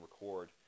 record